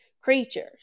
creatures